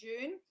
June